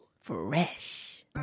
Fresh